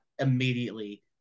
immediately